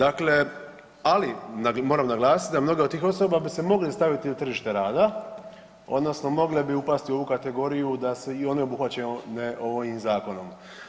Ali moram naglasiti da mnoge od tih osoba bi se mogle staviti na tržište rada odnosno mogle bi upasti u ovu kategoriju da se i one obuhvaćene ovim zakonom.